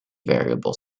variable